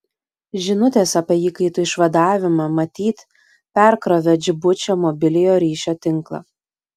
žinutės apie įkaitų išvadavimą matyt perkrovė džibučio mobiliojo ryšio tinklą